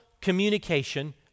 communication